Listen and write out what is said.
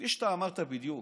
כפי שאתה אמרת בדיוק,